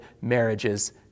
marriages